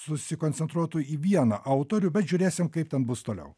susikoncentruotų į vieną autorių bet žiūrėsim kaip ten bus toliau